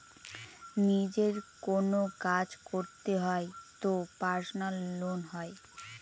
নিজের কোনো কাজ করতে হয় তো পার্সোনাল লোন হয়